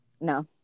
No